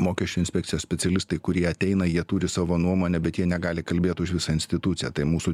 mokesčių inspekcijos specialistai kurie ateina jie turi savo nuomonę bet jie negali kalbėt už visą instituciją tai mūsų